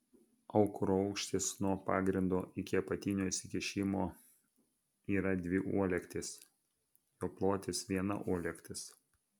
aukuro aukštis nuo pagrindo iki apatinio išsikišimo yra dvi uolektys jo plotis viena uolektis